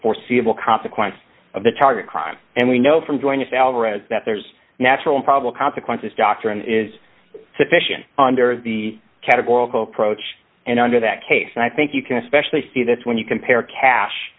foreseeable consequence of the target crime and we know from joining us alvarez that there's a natural problem consequences doctrine is sufficient under the categorical approach and under that case and i think you can especially see this when you compare cash